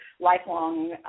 Lifelong